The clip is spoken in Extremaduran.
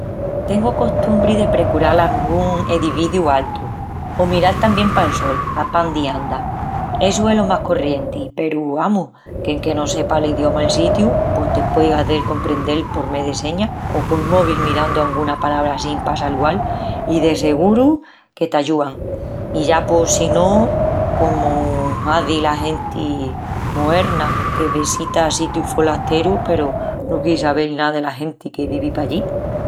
Tengu costumbri de precural angún edeficiu altu. O miral tamién pal sol, á pándi anda. Essu es lo más corrienti peru, amus, qu'enque no sepas la idioma'l sitiu pos te pueis hazel comprendel por mé de señas o col mobi mirandu anguna palabra assín pa salual i de seguru que t'ayúan. I ya si pos no comu hazi la genti moerna que vesita sitius folasterus peru no quieri sabel ná dela genti que vivi pallí.